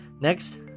next